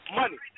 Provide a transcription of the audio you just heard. money